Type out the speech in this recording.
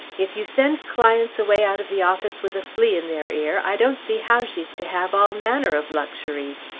if you send clients away out of the office with a flea in their ear i don't see how she's to have all manner of luxuries.